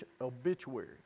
obituary